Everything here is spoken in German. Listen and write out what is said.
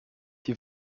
die